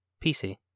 PC